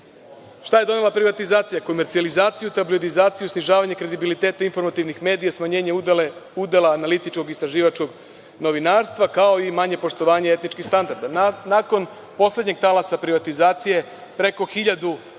Šta je donela privatizacija? Komercijalizaciju, tabloidizaciju, snižavanje kredibiliteta informativnih medija, smanjenje udela analitičkog i istraživačkog novinarstva, kao i manje poštovanje etičkih standarda. Nakon poslednjih talasa privatizacije preko hiljadu